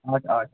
آٹھ آٹھ